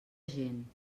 gent